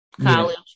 college